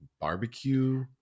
barbecue